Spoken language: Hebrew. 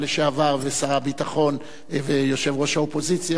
לשעבר ושר הביטחון ויושב-ראש האופוזיציה,